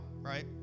right